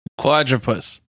Quadrupus